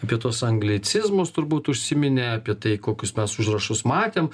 apie tuos anglicizmus turbūt užsiminė apie tai kokius mes užrašus matėm